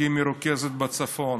כי היא מרוכזת בצפון,